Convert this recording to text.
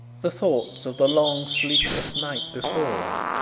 the thoughts of the long sleepless night before,